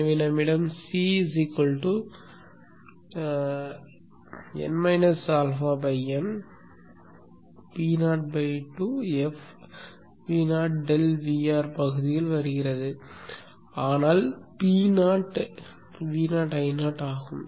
எனவே நம்மிடம் C ᴨ αᴨ Po 2 f Vo∆Vr பகுதியில் வருகிறது ஆனால் Po VoIo ஆகும்